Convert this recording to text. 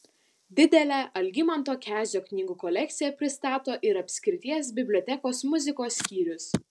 didelę algimanto kezio knygų kolekciją pristato ir apskrities bibliotekos muzikos skyrius